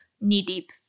knee-deep